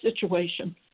situation